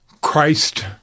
Christ